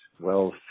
wealth